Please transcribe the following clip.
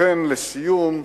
לכן, לסיום,